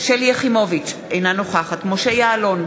שלי יחימוביץ, אינה נוכחת משה יעלון,